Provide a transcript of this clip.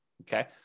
Okay